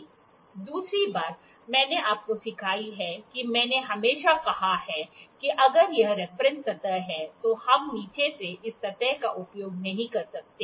दूसरी बात मैंने आपको सिखाई है कि मैंने हमेशा कहा है कि अगर यह रेफरेंस सतह है तो हम नीचे से इस सतह का उपयोग नहीं कर सकते